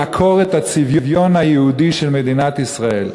לעקור את הצביון היהודי של מדינת ישראל.